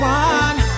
one